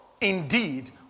Indeed